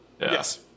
Yes